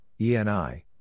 ENI